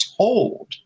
told